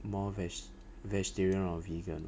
more veg~ vegetarian or vegan